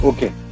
Okay